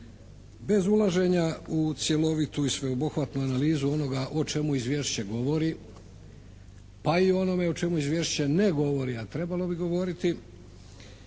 Bez ulaženja u cjelovitu i sveobuhvatnu analizu onoga o čemu izvješće govori pa i o onome o čemu izvješće ne govori a trebalo bi govoriti